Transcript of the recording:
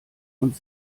und